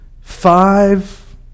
five